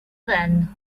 then